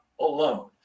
alone